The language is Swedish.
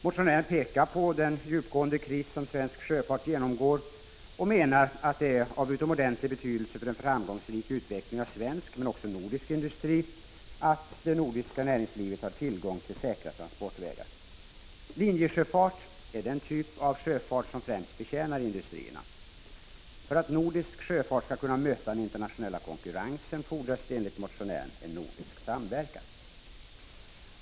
Motionären pekar på den djupgående kris som svensk sjöfart genomgår och menar att det är av utomordentlig betydelse för en framgångsrik utveckling av svensk men också nordisk industri att det nordiska näringslivet har tillgång till säkra transportvägar. Linjesjöfart är den typ av sjöfart som främst betjänar industrierna. För att nordisk sjöfart skall kunna möta den internationella konkurrensen fordras det, enligt motionären, en nordisk samverkan.